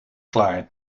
klaar